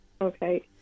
Okay